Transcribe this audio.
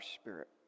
spirit